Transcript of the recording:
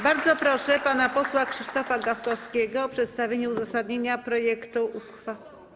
Bardzo proszę pana posła Krzysztofa Gawkowskiego o przedstawienie uzasadnienia projektu uchwały.